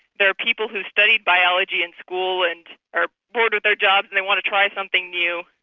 there are people who studied biology in school and are bored with their jobs and they want to try something new.